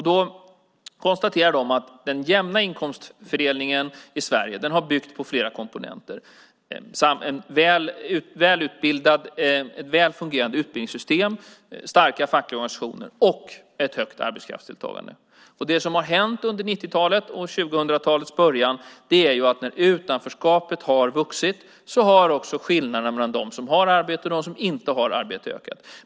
Där konstaterar man att den jämna inkomstfördelningen i Sverige har byggt på flera komponenter - ett välfungerande utbildningssystem, starka fackliga organisationer och ett högt arbetskraftsuttagande. Det som har hänt under slutet av 1990-talet och 2000-talets början är att när utanförskapet har ökat har också skillnaderna mellan dem som har arbete och som inte har arbete ökat.